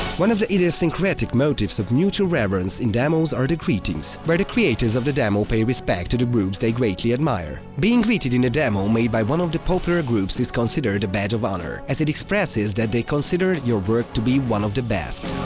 one of the idiosyncratic motifs of mutual reverence in demos are the greetings, where the creators of the demo pay respect to the groups they greatly admire. being greeted in a demo made by one of the popular groups is considered a badge of honor, as it expresses that they consider your work to be one of the best.